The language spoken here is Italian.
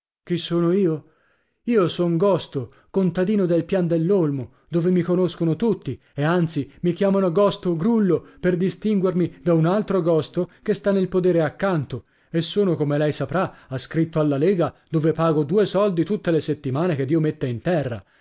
chi sono io io son gosto contadino del pian dell'olmo dove mi conoscono tutti e anzi mi chiamano gosto grullo per distinguermi da un altro gosto che sta nel podere accanto e sono come lei saprà ascritto alla lega dove pago due soldi tutte le settimane che dio mette in terra